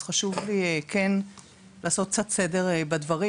אז חשוב לי כן לעשות קצת סדר בדברים,